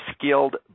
skilled